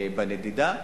בנדידה.